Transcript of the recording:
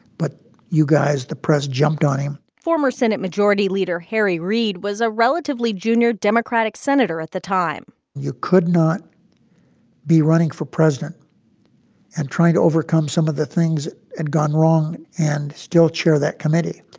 but you guys the press jumped on him former senate majority leader harry reid was a relatively junior democratic senator at the time you could not be running for president and trying to overcome some of the things that had gone wrong and still chair that committee.